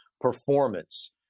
performance